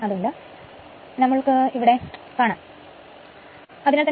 അതുകൊണ്ട് തന്നെ 1000 rpm ശരി ആകുന്നു